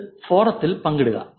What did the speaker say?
ഇത് ഫോറത്തിൽ പങ്കിടുക